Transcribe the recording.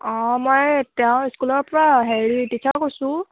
অ মই তেওঁৰ স্কুলৰ পৰা হেৰি টিছাৰে কৈছোঁ